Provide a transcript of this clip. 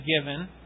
given